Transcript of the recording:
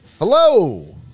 Hello